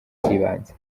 z’ibanze